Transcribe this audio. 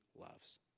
loves